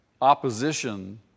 opposition